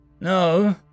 No